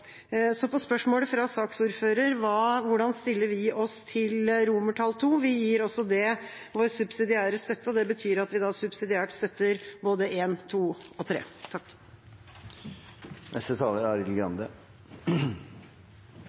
Så til spørsmålet fra saksordføreren om hvordan vi stiller oss til II: Vi gir også det vår subsidiære støtte, og det betyr da at vi subsidiært støtter både I, II og